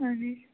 اَہَن حظ